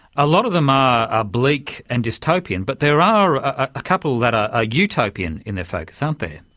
a lot of them are oblique and dystopian, but there are ah couple that are ah utopian in their focus, aren't they?